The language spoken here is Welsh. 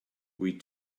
wyt